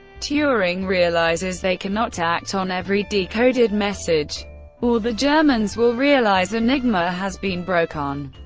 turing realises they cannot act on every decoded message or the germans will realise enigma has been broken.